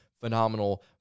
phenomenal